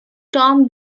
tom